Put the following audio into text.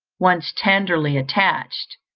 once tenderly attached,